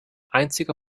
einziger